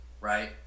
Right